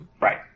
Right